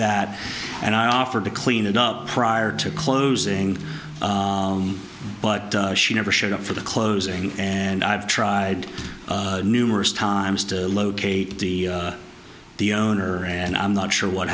that and i offered to clean it up prior to closing but she never showed up for the closing and i've tried numerous times to locate the owner and i'm not sure what